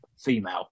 female